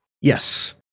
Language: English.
Yes